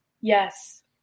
Yes